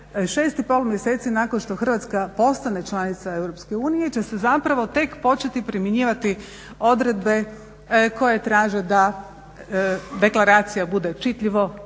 6 i pol mjeseci nakon što Hrvatska postane članica EU će se zapravo tek početi primjenjivati odredbe koje traže da deklaracija bude čitljivo